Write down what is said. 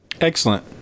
excellent